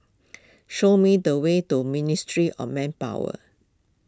show me the way to Ministry of Manpower